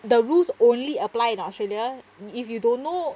the rules only apply in australia if you don't know